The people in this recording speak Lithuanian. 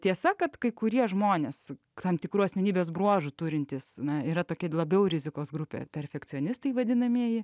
tiesa kad kai kurie žmonės tam tikrų asmenybės bruožų turintys na yra tokie labiau rizikos grupė perfekcionistai vadinamieji